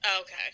Okay